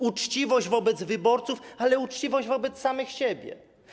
Uczciwość wobec wyborców, ale też uczciwość wobec samych siebie.